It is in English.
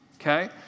okay